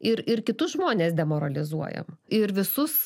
ir ir kitus žmones demoralizuojam ir visus